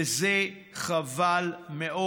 וזה חבל מאוד.